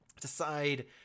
decide